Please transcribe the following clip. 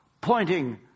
pointing